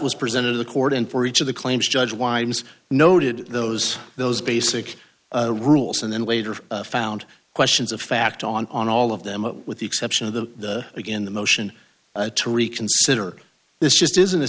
was presented to the court and for each of the claims judge winds noted those those basic rules and then later found questions of fact on all of them with the exception of the again the motion to reconsider this just isn't a